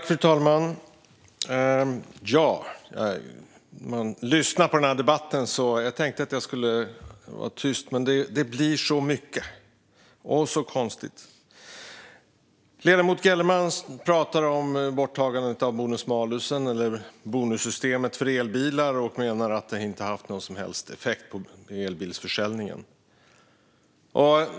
Fru talman! Jag har lyssnat på debatten och tänkt att jag ska vara tyst, men det blir så mycket och så konstigt. Ledamoten Gellerman pratar om borttagandet av bonus malus, eller bonussystemet för elbilar, och menar att det inte har haft någon som helst effekt på elbilsförsäljningen.